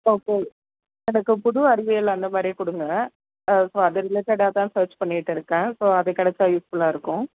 okay எனக்கு புது அறிவியல் அந்தமாதிரி கொடுங்க ஸோ அது ரிலேட்டடாக தான் ஸர்ஜ் பண்ணிட்டு இருக்கேன் ஸோ அது கிடைச்சா யூஸ்ஃபுல்லாக இருக்கும்